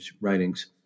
writings